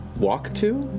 walk to?